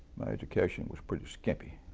my education was pretty skimpy,